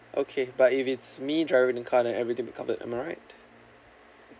okay but if it's me driving the car then everything be covered am I right